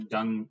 done